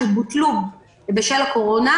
שבוטלו בשל הקורונה,